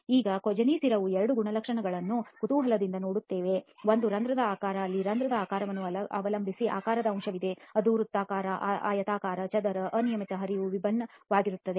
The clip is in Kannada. ಈಗ ಈ ಕೊಜೆನಿ ಸ್ಥಿರವು ಎರಡು ಗುಣಲಕ್ಷಣಗಳನ್ನು ಕುತೂಹಲದಿಂದ ನೋಡುತ್ತದೆ ಒಂದು ರಂಧ್ರದ ಆಕಾರ ಅಲ್ಲಿ ರಂಧ್ರದ ಆಕಾರವನ್ನು ಅವಲಂಬಿಸಿ ಆಕಾರದ ಅಂಶವಿದೆ ಅದು ವೃತ್ತಾಕಾರ ಆಯತಾಕಾರದ ಚದರ ಅನಿಯಮಿತ ಹರಿವು ವಿಭಿನ್ನವಾಗಿರುತ್ತದೆ